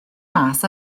mas